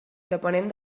depenent